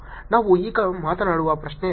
ನಾವು ಈಗ ಮಾತನಾಡುವ ಪ್ರಶ್ನೆ ಅದು